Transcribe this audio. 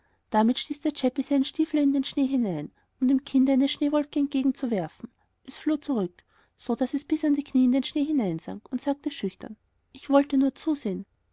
damit stieß der chäppi seinen stiefel in den schnee hinein um dem kinde eine schneewolke entgegenzuwerfen es floh zurück so daß es bis an die kniee in den schnee hineinsank und sagte schüchtern ich wollte nur zusehen